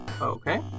Okay